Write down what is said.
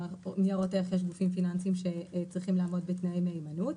לניירות ערך יש גופים פיננסיים שצריכים לעמוד בתנאי מהימנות.